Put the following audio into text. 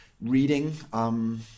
reading